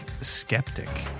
skeptic